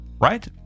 right